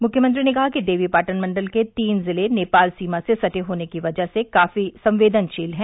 मुख्यमंत्री ने कहा कि देवीपाटन मंडल के तीन ज़िले नेपाल सीमा से सटे होने की वजह से काफ़ी संवेदनशील है